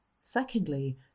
Secondly